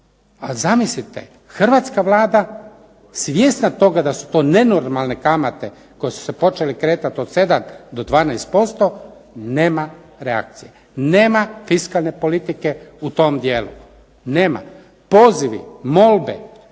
A zamislite, hrvatska Vlada svjesna toga da su to nenormalne kamate koje su se počele kretati od 7 do 12% nema reakcije, nema fiskalne politike u tom dijelu, nema. Pozitiv, molbe,